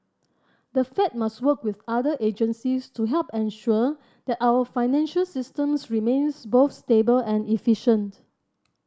the Fed must work with other agencies to help ensure that our financial systems remains both stable and efficient